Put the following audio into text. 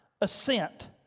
assent